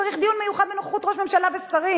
שצריך דיון מיוחד בנוכחות ראש הממשלה ושרים.